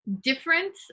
different